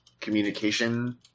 communication